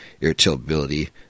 irritability